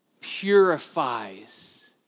purifies